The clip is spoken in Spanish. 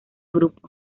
grupo